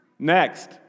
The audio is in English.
Next